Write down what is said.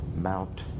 mount